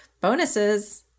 bonuses